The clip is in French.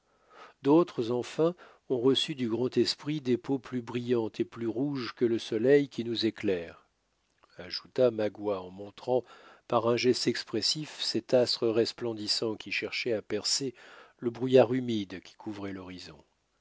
d'autres enfin ont reçu du grand esprit des peaux plus brillantes et plus rouges que le soleil qui nous éclaire ajouta magua en montrant par un geste expressif cet astre resplendissant qui cherchait à percer le brouillard humide qui couvrait l'horizon